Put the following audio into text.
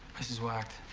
this is whacked.